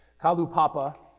Kalupapa